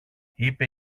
είπε